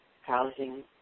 housing